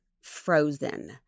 frozen